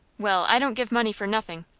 well, i don't give money for nothing.